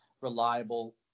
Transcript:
reliable